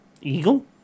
Eagle